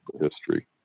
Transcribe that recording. history